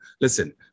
Listen